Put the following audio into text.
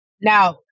Now